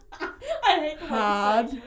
hard